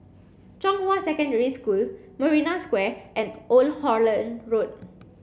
Zhonghua Secondary School Marina Square and Old Holland Road